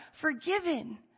forgiven